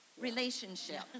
Relationship